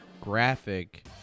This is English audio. graphic